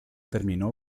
terminó